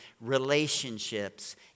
relationships